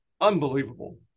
unbelievable